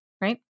right